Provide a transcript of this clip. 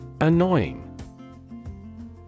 Annoying